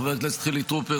חבר הכנסת חילי טרופר,